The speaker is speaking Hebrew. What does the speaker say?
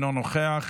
אינו נוכח,